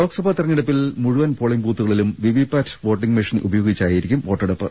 ലോക്സഭാ തിരഞ്ഞെടുപ്പിൽ മുഴുവൻ പോളിംഗ് ബൂത്തുകളി ലും വിവിപാറ്റ് വോട്ടിംഗ് മെഷീൻ ഉപയോഗിച്ചായിരിക്കും വോട്ടെ ടുപ്പ്